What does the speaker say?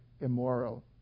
immoral